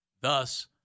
Thus